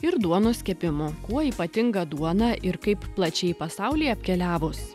ir duonos kepimu kuo ypatinga duona ir kaip plačiai pasaulį apkeliavus